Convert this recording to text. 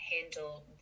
handle